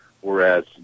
Whereas